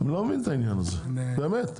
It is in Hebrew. באמת.